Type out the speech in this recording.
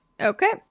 Okay